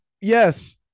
yes